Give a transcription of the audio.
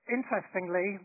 Interestingly